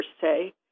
say